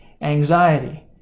anxiety